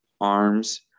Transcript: arms